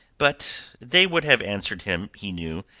but they would have answered him, he knew,